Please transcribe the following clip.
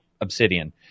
Obsidian